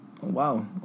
wow